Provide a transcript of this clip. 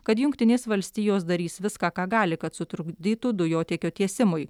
kad jungtinės valstijos darys viską ką gali kad sutrukdytų dujotiekio tiesimui